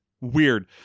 weird